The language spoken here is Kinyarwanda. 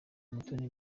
mutoni